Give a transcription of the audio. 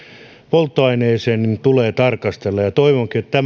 polttoaineeseen tulee tarkastella toivonkin että